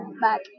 back